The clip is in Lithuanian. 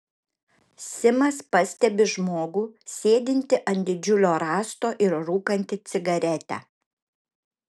simas pastebi žmogų sėdintį ant didžiulio rąsto ir rūkantį cigaretę